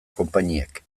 konpainiek